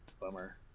Bummer